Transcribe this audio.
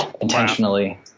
Intentionally